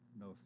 no